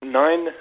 nine